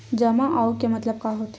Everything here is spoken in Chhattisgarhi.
जमा आऊ के मतलब का होथे?